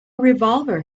revolver